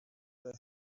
that